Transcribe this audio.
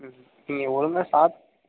நீங்கள் ஒழுங்காக சாப்